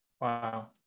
Wow